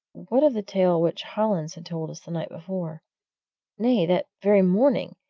what of the tale which hollins had told us the night before nay, that very morning,